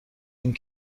این